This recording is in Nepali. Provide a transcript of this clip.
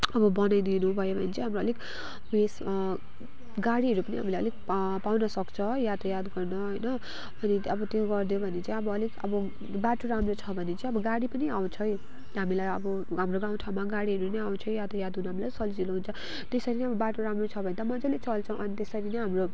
अब बनाइदिनु भयो भने चाहिँ हाम्रो अलिक उयस गाडीहरू पनि हामीले अलिक पाउनसक्छ यातायात गर्न होइन अनि अब त्यो गरिदियो भने चाहिँ अब अलिक अब बाटो राम्रो छ भने चाहिँ गाडी पनि आउँछ हामीलाई अब हाम्रो गाउँठाउँमा गाडीहरू पनि आउँछ यातायात हुनु पनि सजिलो हुन्छ त्यसरी नै अब बाटो राम्रो छ भने त मजाले चल्छ अनि त्यसरी नै हाम्रो